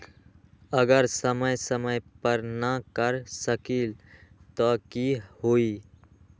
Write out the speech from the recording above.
अगर समय समय पर न कर सकील त कि हुई?